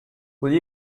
will